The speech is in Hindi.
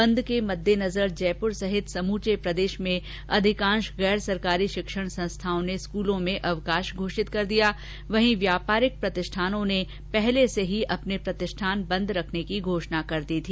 बंद के मददेनजर जयपुर सहित समूचे प्रदेश में अधिकांश गैर सरकारी शिक्षण संस्थाओं ने स्कूलों में अवकाश घोषित कर दिया वहीं व्यापारिक प्रतिष्ठानों ने पहले से ही अपने प्रतिष्ठान बंद रखने का एलान कर दिया था